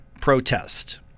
protest